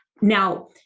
Now